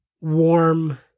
warm